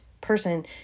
person